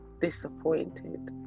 disappointed